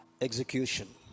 execution